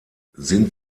sind